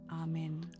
Amen